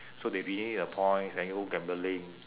so they redeem the points then go gambling